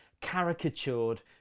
caricatured